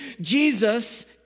Jesus